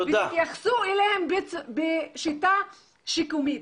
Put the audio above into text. תתייחסו אליהם בשיטה שיקומית.